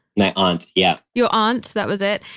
my aunt. yep your aunt. that was it.